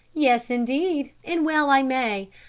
yes, indeed, and well i may.